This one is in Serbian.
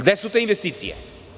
Gde su te investicije?